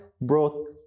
brought